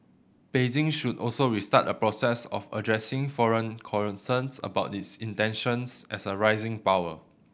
Beijing should also restart a process of addressing foreign concerns about its intentions as a rising power